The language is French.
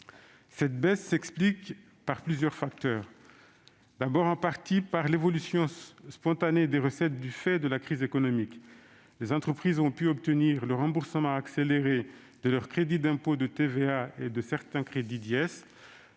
Cette baisse s'explique par plusieurs facteurs, et tout d'abord, en partie, par l'évolution spontanée des recettes. Du fait de la crise économique, les entreprises ont pu obtenir le remboursement accéléré de leur crédit d'impôt de TVA et de certains crédits